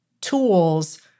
tools